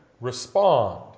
respond